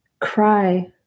cry